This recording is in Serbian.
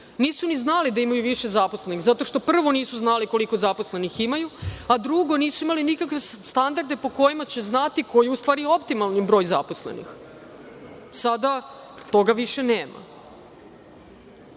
Nisu ni znali da imaju više zaposlenih zato što prvo nisu znale koliko zaposlenih imaju, a drugo nisu imali nikakve standarde po kojima će znati koji je u stvari optimalni broj zaposlenih. Sada toga više